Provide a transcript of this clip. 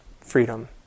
freedom